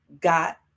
got